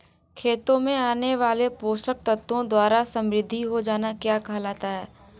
खेतों में आने वाले पोषक तत्वों द्वारा समृद्धि हो जाना क्या कहलाता है?